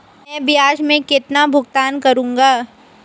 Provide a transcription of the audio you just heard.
मैं ब्याज में कितना भुगतान करूंगा?